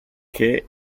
ché